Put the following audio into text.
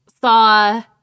saw